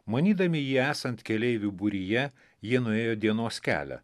manydami jį esant keleivių būryje jie nuėjo dienos kelią